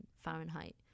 fahrenheit